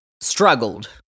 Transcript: struggled